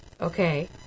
Okay